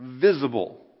visible